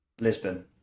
Lisbon